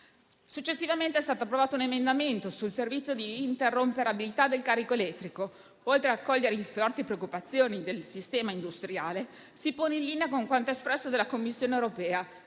Successivamente è stato approvato un emendamento sul servizio di interrompibilità del carico elettrico che, oltre ad accogliere le forti preoccupazioni del sistema industriale, si pone in linea con quanto espresso dalla Commissione europea,